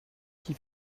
qui